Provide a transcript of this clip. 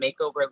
Makeover